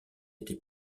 était